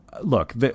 look